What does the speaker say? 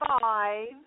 five